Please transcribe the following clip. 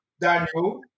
Daniel